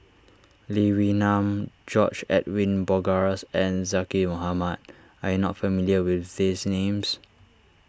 Lee Wee Nam George Edwin Bogaars and Zaqy Mohamad are you not familiar with these names